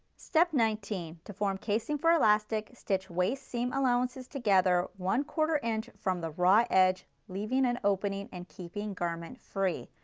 step nineteen to form casing for elastic, stitch waist seam allowances together, one quarter inch from the raw edge leaving an opening and keeping garment free.